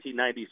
1990s